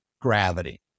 gravity